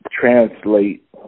translate